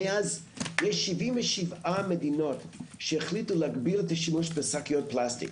מאז יש 77 מדינות שהחליטו להגביל את השימוש בשקיות פלסטיק.